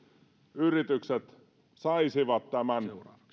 yritykset saisivat tämän